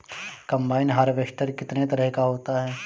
Combine harvester कितने तरह का होता है?